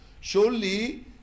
Surely